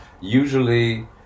usually